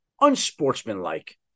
unsportsmanlike